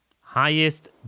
Highest